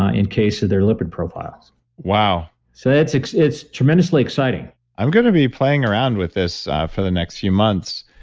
ah in case of their lipid profile wow so it's it's tremendously exciting i'm going to be playing around with this for the next few months